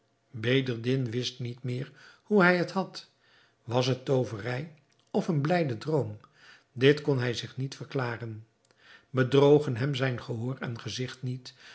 bedreddin wist niet meer hoe hij het had was het tooverij of een blijde droom dit kon hij zich niet verklaren bedrogen hem zijn gehoor en gezigt niet